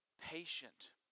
patient